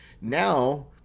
now